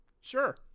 Sure